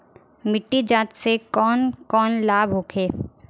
मिट्टी जाँच से कौन कौनलाभ होखे?